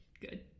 good